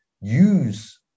use